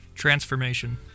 transformation